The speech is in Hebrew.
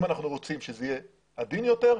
אם אנחנו רוצים שזה יהיה עדין יותר,